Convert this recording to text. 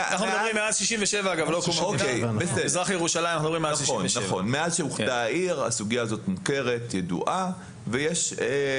אנחנו מדברים מאז 67'. אגב,